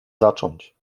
zacząć